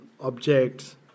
objects